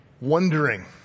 wondering